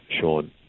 Sean